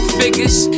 figures